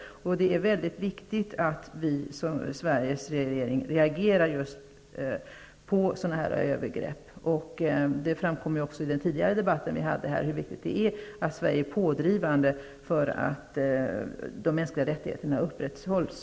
Det är väldigt viktigt att Sveriges regering reagerar på sådana övergrepp. Det framkom också i den tidgare debatt som vi hade här hur viktigt det är att Sverige är pådrivande för att de mänskliga rättigheterna upprätthålls.